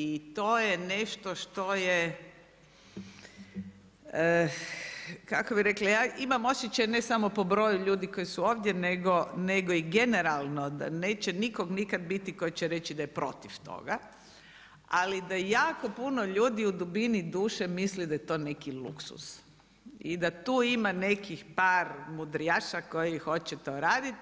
I to je nešto što je, ja imam osjećaj ne samo po broju ljudi koji su ovdje nego i generalno, neće nitko nikad biti koji će reći da je protiv toga, ali da jako puno ljudi u dubini duše mislim da je to neki luksuz i da tu ima nekih par mudrijaša koji hoće to raditi,